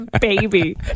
baby